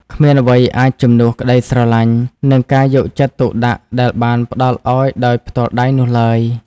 គ្មានអ្វីអាចជំនួសក្តីស្រឡាញ់ និងការយកចិត្តទុកដាក់ដែលបានផ្តល់ឲ្យដោយផ្ទាល់ដៃនោះឡើយ។